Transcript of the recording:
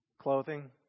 clothing